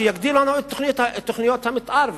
שיגדילו לנו את תוכניות המיתאר,